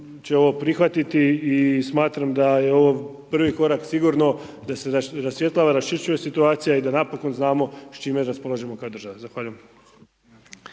će ovo prihvatiti i smatram da je ovo prvi korak sigurno da se rasvjetljava, raščišćuje situacija i da napokon znamo čime raspolažemo kao država. Zahvaljujem.